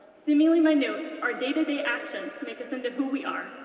seemingly minute, our day-to-day actions make us into who we are,